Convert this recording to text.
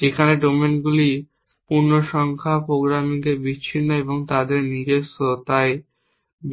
যেখানে ডোমেইনগুলি পূর্ণসংখ্যা প্রোগ্রামিং এ বিচ্ছিন্ন এবং তাদের নিজস্ব তাই